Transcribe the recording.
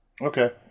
Okay